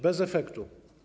Bez efektu.